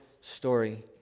story